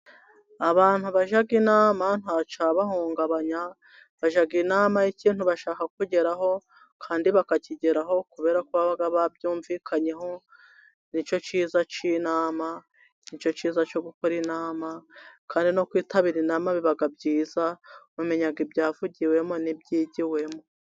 Abantu bajya inama ntacyabahungabanya. Bajya inama y'ikintutu bashaka kugeraho kandi bakakigeraho, kubera ko baba babyumvikanyeho. Nicyo cyiza cy'inama, nicyo cyiza cyo gukora inama, kandi no kwitabira inama biba byiza, wamenya ibyavugiwemo n'ibyigiwemo.